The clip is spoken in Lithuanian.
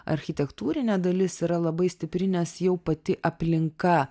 architektūrinė dalis yra labai stipri nes jau pati aplinka